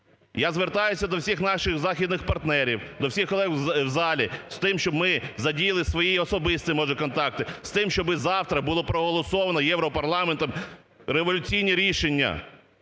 Я звертаюся до всіх наших західних партнерів, до всіх колег в залі з тим, щоб ми задіяли свої особисті може контакти, з тим, щоб завтра було проголосовано Європарламентом революційні рішення